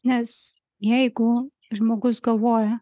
nes jeigu žmogus galvoja